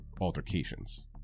altercations